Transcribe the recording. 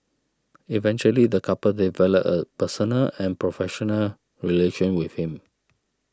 eventually the couple developed a personal and professional relation with him